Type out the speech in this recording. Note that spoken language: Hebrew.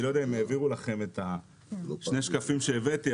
אני לא יודע אם העבירו לכם את שני השקפים שהבאתי,